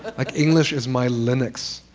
like english is my linux.